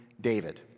David